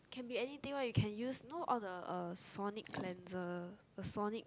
can be anything one you can use you know the sonic cleanser the sonic